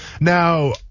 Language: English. Now